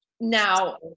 Now